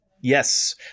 yes